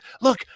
look